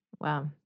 Wow